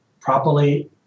properly